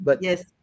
Yes